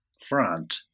front